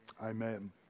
Amen